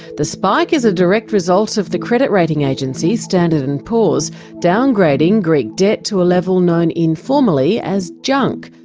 the spike is a direct result of the credit rating agency standard and poor's downgrading greek debt to a level known informally as junk.